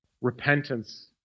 repentance